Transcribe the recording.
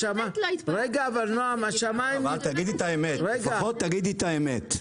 לפחות תגידי את האמת.